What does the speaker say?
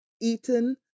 eaten